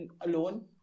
alone